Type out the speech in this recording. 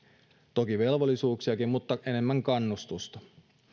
toki velvollisuuksiakin mutta enemmän kannustusta